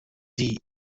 die